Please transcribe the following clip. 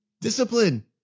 discipline